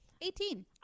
Eighteen